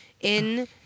in-